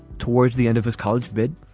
towards the end of his college bid,